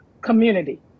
community